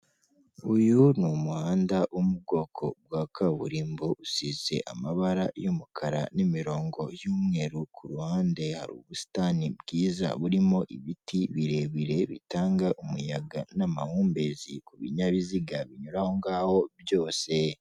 Uyu ni umuhanda wo mu bwoko bwa kaburimbo usize amabara y'umukara n'imirongo y'umweru, ku ruhande hari ubusitani bwiza burimo ibiti birebire bitanga umuyaga n'amahumbezi ku binyabiziga binyura aho ngaho byose.